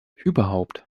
überhaupt